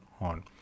on